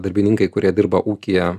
darbininkai kurie dirba ūkyje